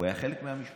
הוא היה חלק מהמשפחה.